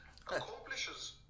accomplishes